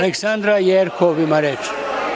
Aleksandra Jerkov ima reč.